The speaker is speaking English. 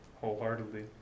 wholeheartedly